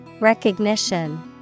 Recognition